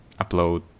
upload